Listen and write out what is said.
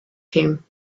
him